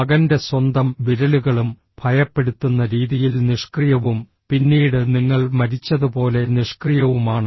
മകന്റെ സ്വന്തം വിരലുകളും ഭയപ്പെടുത്തുന്ന രീതിയിൽ നിഷ്ക്രിയവും പിന്നീട് നിങ്ങൾ മരിച്ചതുപോലെ നിഷ്ക്രിയവുമാണ്